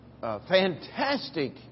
fantastic